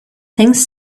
things